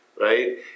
right